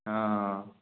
ହଁ